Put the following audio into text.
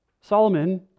Solomon